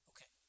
Okay